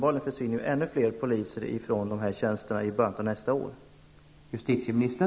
Tydligen försvinner ännu fler polisen från dessa tjänster i början av nästa år.